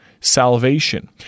salvation